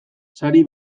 sari